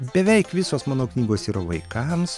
beveik visos mano knygos yra vaikams